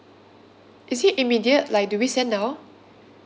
is it immediate like do we send now